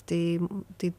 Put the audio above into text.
tai taip